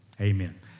Amen